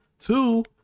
two